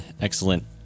excellent